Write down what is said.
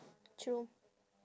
true